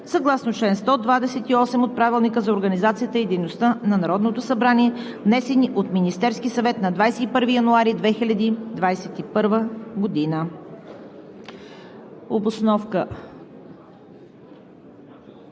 съгласно чл. 128 от Правилника за организацията и дейността на Народното събрание, внесени от Министерския съвет на 21 януари 2021 г.“